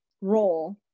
role